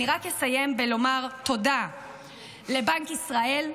אני רק אסיים ואומר תודה לבנק ישראל,